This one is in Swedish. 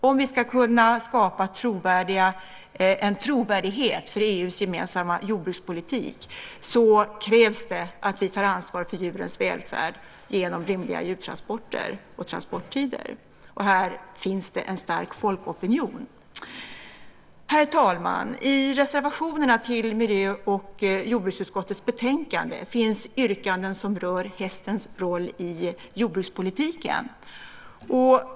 Om vi ska kunna skapa en trovärdighet för EU:s gemensamma jordbrukspolitik krävs det att vi tar ansvar för djurens välfärd genom rimliga djurtransporter och transporttider. Här finns det en stark folkopinion. Herr talman! I reservationerna till miljö och jordbruksutskottets betänkande finns yrkanden som rör hästens roll i jordbrukspolitiken.